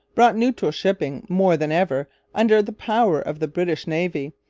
brought neutral shipping more than ever under the power of the british navy,